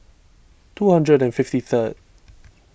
two hundred and fifty third